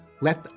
let